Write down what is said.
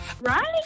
Right